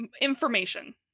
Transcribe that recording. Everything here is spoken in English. information